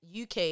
UK